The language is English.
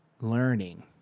learning